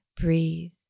breathe